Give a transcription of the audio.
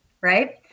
right